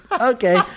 okay